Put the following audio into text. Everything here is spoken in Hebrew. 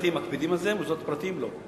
ממשלתיים מקפידים על זה, מוסדות פרטיים לא.